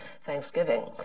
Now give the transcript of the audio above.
Thanksgiving